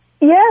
Yes